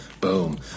boom